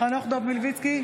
חנוך דב מלביצקי,